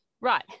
right